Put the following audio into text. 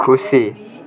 खुसी